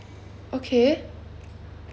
okay